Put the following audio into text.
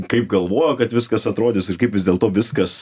kaip galvojo kad viskas atrodys ir kaip vis dėlto viskas